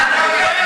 אדוני,